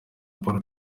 paul